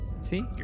See